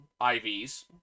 IVs